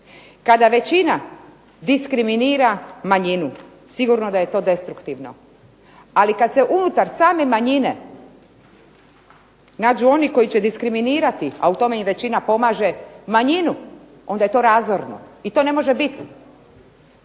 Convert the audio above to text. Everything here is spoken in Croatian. Kada većina diskriminira manjinu, sigurno da je to destruktivno. Ali kada se unutar same manjine nađu oni koji će diskriminirati, a u tome im većina pomaže manjinu onda je to razorno i to ne može biti.